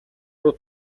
руу